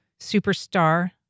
superstar